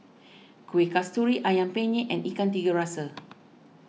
Kueh Kasturi Ayam Penyet and Ikan Tiga Rasa